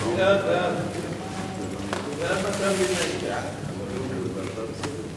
ההצעה להעביר את הנושא לוועדת החוץ והביטחון נתקבלה.